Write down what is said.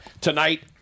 tonight